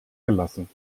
gelassen